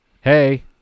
Hey